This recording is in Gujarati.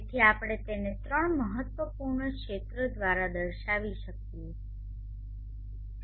તેથી આપણે તેને ત્રણ મહત્વપૂર્ણ ક્ષેત્રો દ્વારા દર્શાવી શકીએ છીએ